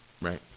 right